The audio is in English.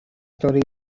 story